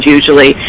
Usually